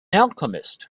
alchemist